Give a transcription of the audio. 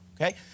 okay